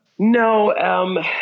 No